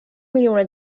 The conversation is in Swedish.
miljoner